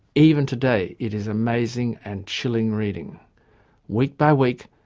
even today it is amazing and chilling reading week by week,